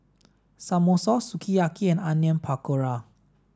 Samosa Sukiyaki and Onion Pakora